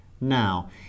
Now